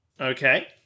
Okay